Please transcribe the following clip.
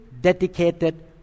dedicated